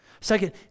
Second